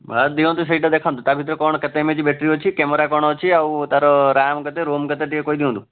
ଦିଅନ୍ତୁ ସେଇଟା ଦେଖାନ୍ତୁ ତା ଭିତରେ କ'ଣ କେତେ ଏମ୍ ଏ ଏଚ୍ ବ୍ୟାଟେରୀ ଅଛି କ୍ୟାମେରା କ'ଣ ଅଛି ଆଉ ତାର ରାମ୍ କେତେ ରୋମ୍ କେତେ ଟିକିଏ କହିଦିଅନ୍ତୁ